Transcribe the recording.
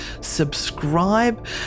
subscribe